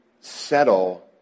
settle